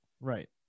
Right